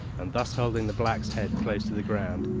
and thus holding the black's head close to the ground,